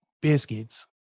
biscuits